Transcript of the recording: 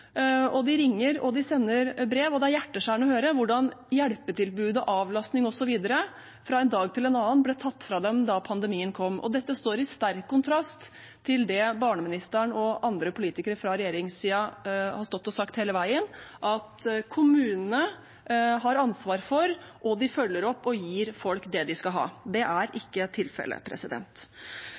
De ringer og de sender brev, og det er hjerteskjærende å høre dem fortelle hvordan hjelpetilbudet, avlastning osv. fra en dag til en annen ble tatt fra dem da pandemien kom. Dette står i sterk kontrast til det barneministeren og andre politikere fra regjeringssiden har stått og sagt hele veien, at kommunene har ansvar for og følger opp og gir folk det de skal ha. Det er ikke tilfellet.